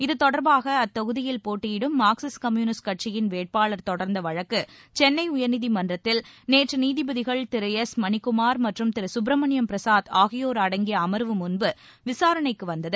இத்தொடர்பாக அத்தொகுதியில் போட்டியிடும் மார்க்சிஸ்ட் கம்யூனிஸ்ட் கட்சியின் வேட்பாளர் தொடர்ந்த வழக்கு சென்னை உயர்நீதிமன்றத்தில் நேற்று நீதிபதிகள் திரு எஸ் மணிக்குமார் மற்றும் திரு சுப்பிரமணியம் பிரசாத் ஆகியோர் அடங்கிய அமர்வு முன்பு நேற்று விசாரணைக்கு வந்தது